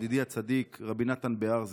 ידידי הצדיק רבי נתן בהר,